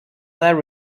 their